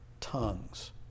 tongues